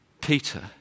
Peter